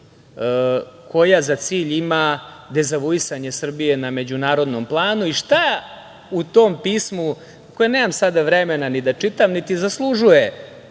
koja za cilj ima dezavuisanje Srbije na međunarodnom planu i šta u tom pismu, koje nemam sada vremena ni da čitam, niti zaslužuje